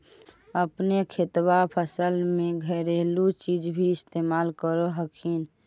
अपने खेतबा फसल्बा मे घरेलू चीज भी इस्तेमल कर हखिन?